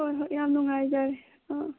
ꯍꯣꯏ ꯍꯣꯏ ꯌꯥꯝ ꯅꯨꯡꯉꯥꯏꯖꯔꯦ ꯑꯥ